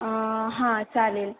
हां चालेल